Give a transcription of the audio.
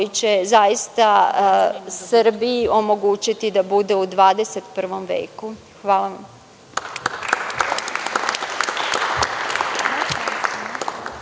će zaista Srbiji omogućiti da bude u XXI veku. Hvala vam.